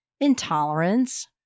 intolerance